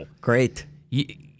Great